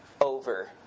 over